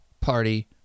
party